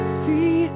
see